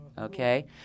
okay